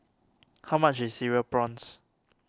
how much is Cereal Prawns